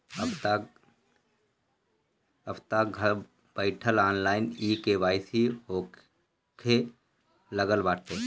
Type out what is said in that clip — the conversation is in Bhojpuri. अबतअ घर बईठल ऑनलाइन के.वाई.सी होखे लागल बाटे